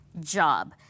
job